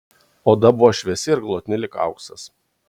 oda buvo šviesi ir glotni lyg auksas